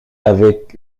avec